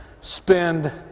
spend